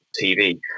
TV